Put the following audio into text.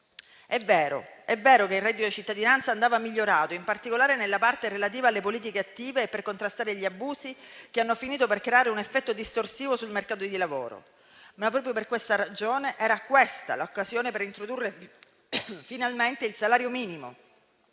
È vero che il reddito di cittadinanza andava migliorato, in particolare nella parte relativa alle politiche attive per contrastare gli abusi che hanno finito per creare un effetto distorsivo sul mercato del lavoro, ma proprio per tale ragione era questa l'occasione per introdurre finalmente il salario minimo